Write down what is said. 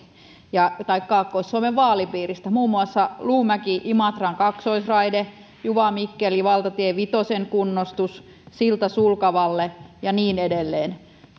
tai kaakkois suomen vaalipiiristä ole kotoisin muun muassa luumäki imatran kaksoisraide valtatie vitosen kunnostus juva mikkeli silta sulkavalle ja niin edelleen